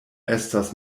estas